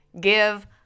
give